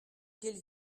quelle